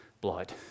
blood